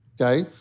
okay